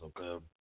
okay